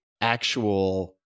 actual